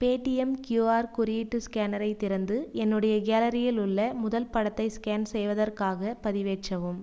Paytm QR குறியீட்டு ஸ்கேனரை திறந்து என்னுடைய கேலரியில் உள்ள முதல் படத்தை ஸ்கேன் செய்வதற்காகப் பதிவேற்றவும்